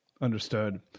Understood